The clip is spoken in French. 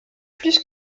plus